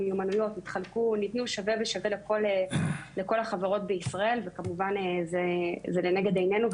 המיומנויות ניתנו שווה בשווה לכל החברות בישראל וכמובן זה לנגד עניינו.